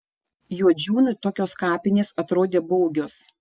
juodžiūnui tokios kapinės atrodė baugios